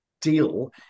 deal